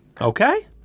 Okay